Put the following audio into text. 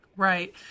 Right